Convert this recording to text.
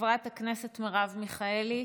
חברת הכנסת מרב מיכאלי,